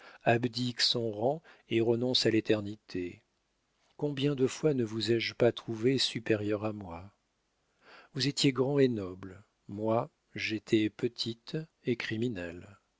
abdique son rang et renonce à l'éternité combien de fois ne vous ai-je pas trouvé supérieur à moi vous étiez grand et noble moi j'étais petite et criminelle